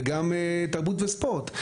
וגם תרבות וספורט.